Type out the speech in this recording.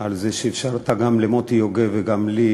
על זה שאפשרת גם למוטי יוגב וגם לי,